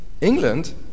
England